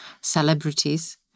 celebrities